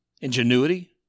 ingenuity